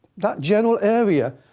that general area,